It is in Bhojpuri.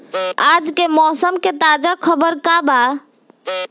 आज के मौसम के ताजा खबर का बा?